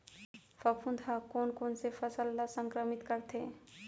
फफूंद ह कोन कोन से फसल ल संक्रमित करथे?